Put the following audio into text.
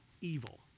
evil